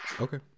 Okay